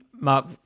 Mark